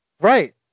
Right